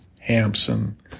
Hampson